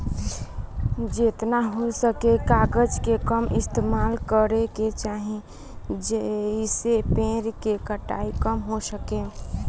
जेतना हो सके कागज के कम इस्तेमाल करे के चाही, जेइसे पेड़ के कटाई कम हो सके